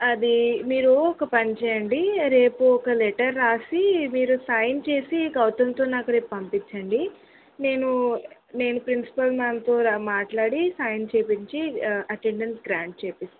అది మీరు ఒక పని చేయండి రేపు ఒక లెటర్ రాసి మీరు సైన్ చేసి గౌతమ్తో నాకు రేపు పంపించండి నేను నేను ప్రిన్సిపల్ మ్యామ్తో మాట్లాడి సైన్ చేపించి అటెండెన్స్ గ్రాంట్ చేపిస్తాను